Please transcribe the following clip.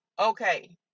okay